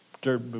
dirt